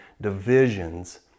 divisions